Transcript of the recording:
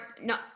no